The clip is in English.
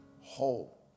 whole